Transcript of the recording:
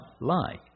lie